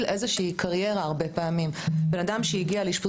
איזושהי "קריירה"; הסיכוי של בן אדם שהגיע לאשפוז